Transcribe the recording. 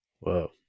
Whoa